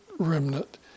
remnant